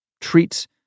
treats